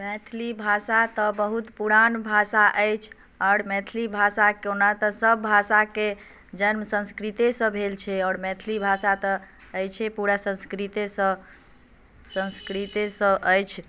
मैथिली भाषा तऽ बहुत पुरान भाषा अछि आओर मैथिली भाषाके ओना तऽ सभ भाषाके जन्म संस्कृतेसँ भेल छै आओर मैथिली भाषा तऽ अछिए पूरा संस्कृतेसँ संस्कृतेसँ अछि